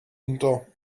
unter